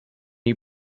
you